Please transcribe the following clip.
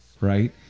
right